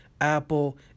Apple